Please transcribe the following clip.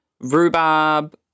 Rhubarb